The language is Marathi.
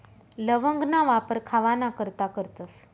लवंगना वापर खावाना करता करतस